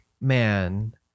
man